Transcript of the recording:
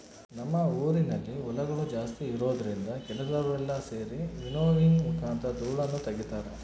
ನಮ್ಮ ಊರಿನಲ್ಲಿ ಹೊಲಗಳು ಜಾಸ್ತಿ ಇರುವುದರಿಂದ ಕೆಲಸದವರೆಲ್ಲ ಸೆರಿ ವಿನ್ನೋವಿಂಗ್ ಮುಖಾಂತರ ಧೂಳನ್ನು ತಗಿತಾರ